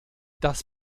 das